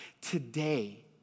today